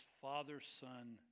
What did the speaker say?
father-son